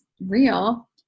real